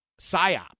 psyop